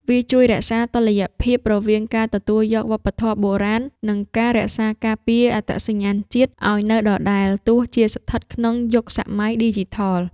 វាជួយរក្សាតុល្យភាពរវាងការទទួលយកវប្បធម៌បរទេស និងការរក្សាការពារអត្តសញ្ញាណជាតិឱ្យនៅដដែលទោះជាស្ថិតក្នុងយុគសម័យឌីជីថល។